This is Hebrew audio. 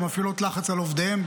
שמפעילות לחץ על עובדיהם,